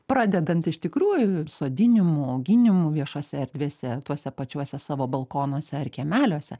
pradedant iš tikrųjų sodinimu auginimu viešose erdvėse tuose pačiuose savo balkonuose ar kiemeliuose